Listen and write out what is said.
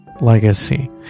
legacy